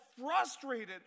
frustrated